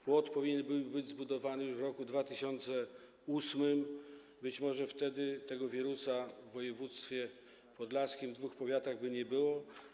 Płot powinien był być zbudowany w roku 2008, być może wtedy tego wirusa w województwie podlaskim, w dwóch powiatach, by nie było.